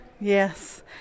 Yes